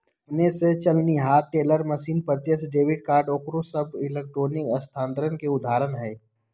अपने स चलनिहार टेलर मशीन, प्रत्यक्ष डेबिट आउरो सभ इलेक्ट्रॉनिक स्थानान्तरण के उदाहरण हइ